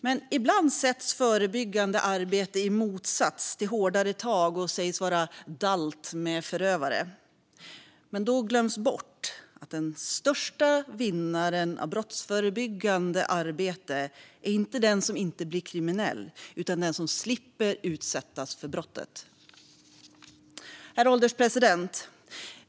Men ibland sätts förebyggande arbete i motsats till hårdare tag och sägs vara dalt med förövare. Då glöms det bort att den största vinnaren på brottsförebyggande arbete inte är den som inte blir kriminell utan den som slipper utsättas för brottet. Herr ålderspresident!